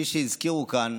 כפי שהזכירו כאן,